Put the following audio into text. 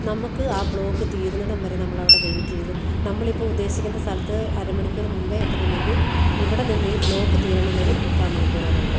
നമുക്ക് ആ ബ്ലോക്ക് തീരുന്നടം വരെ നമ്മളവിടെ വെയിറ്റ് ചെയ്ത നമ്മളിപ്പോൾ ഉദ്ദേശിക്കുന്ന സ്ഥലത്ത് അരമണിക്കൂറ് മുൻപേ എത്തണമെങ്കിൽ ഇവിടെ നിന്ന് ഈ ബ്ലോക്ക് തീരണമെങ്കിൽ മുക്കാൽ മണിക്കൂറോളമുണ്ട്